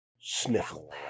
sniffle